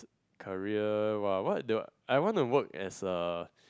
career what I want to do ah I want to work as a